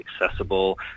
accessible